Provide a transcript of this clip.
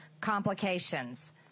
complications